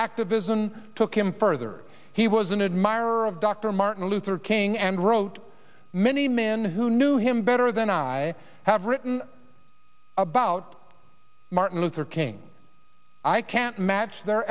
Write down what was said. activism took him further he was an admirer of dr martin luther king and wrote many men who knew him better than i have written about martin luther king i can't match the